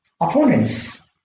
opponents